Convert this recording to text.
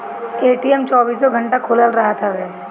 ATM चौबीसो घंटा खुलल रहत हवे